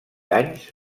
anys